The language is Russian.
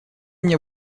мне